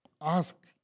ask